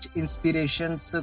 inspirations